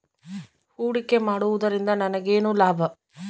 ಹೂಡಿಕೆ ಮಾಡುವುದರಿಂದ ನನಗೇನು ಲಾಭ?